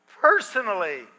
personally